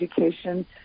education